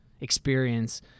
experience